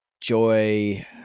joy